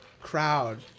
crowd